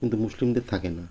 কিন্তু মুসলিমদের থাকে না